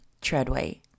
Treadway